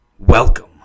Welcome